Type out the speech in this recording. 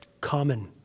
common